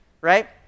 Right